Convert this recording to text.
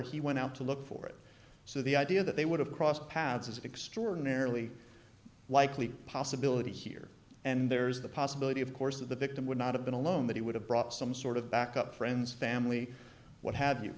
he went out to look for it so the idea that they would have crossed paths is extraordinarily likely possibility here and there is the possibility of course of the victim would not have been alone that he would have brought some sort of back up friends family what have you